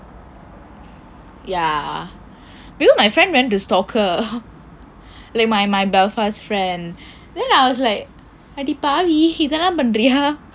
ya you know my friend went to stalk her like my my belfast friend then I was like அடி பாவி இதெல்லாம் பண்றியா:adi paavi ithellaam panriyaa